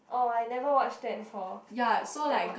oh I never watch that before that [one]